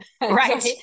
Right